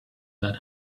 that